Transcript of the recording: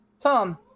Tom